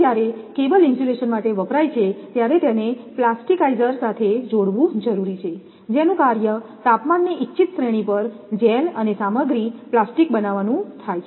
તેથી જ્યારે cable insulation માટે વપરાય છે ત્યારે તેને પ્લાસ્ટિકાઇઝર સાથે જોડવું જરૂરી છે જેનું કાર્ય તાપમાનની ઇચ્છિત શ્રેણી પર જેલ અને સામગ્રી પ્લાસ્ટિક બનાવવાનું છે